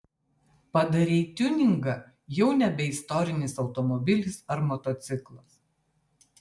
padarei tiuningą jau nebe istorinis automobilis ar motociklas